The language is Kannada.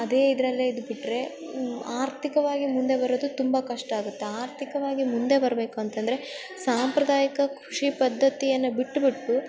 ಅದೇ ಇದರಲ್ಲೆ ಇದ್ಬಿಟ್ರೆ ಆರ್ಥಿಕವಾಗಿ ಮುಂದೆ ಬರೋದು ತುಂಬ ಕಷ್ಟ ಆಗುತ್ತೆ ಆರ್ಥಿಕವಾಗಿ ಮುಂದೆ ಬರಬೇಕು ಅಂತಂದ್ರೆ ಸಾಂಪ್ರದಾಯಿಕ ಕೃಷಿ ಪದ್ಧತಿಯನ್ನು ಬಿಟ್ಟು ಬಿಟ್ಟು